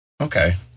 Okay